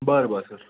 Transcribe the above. बरं बरं सर